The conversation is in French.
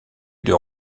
deux